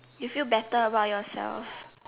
you feel better about yourself